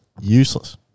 useless